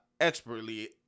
expertly